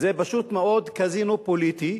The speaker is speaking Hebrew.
זה פשוט מאוד קזינו פוליטי,